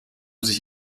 sich